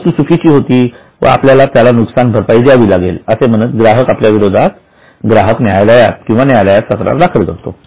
ती वस्तू चुकीची होती व आपल्याला त्याला नुकसान भरपाई द्यावी लागेल असे म्हणत ग्राहक आपल्या विरोधात ग्राहक न्यायालयात किंवा न्यायालयात तक्रार दाखल करतो